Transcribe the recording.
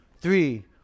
three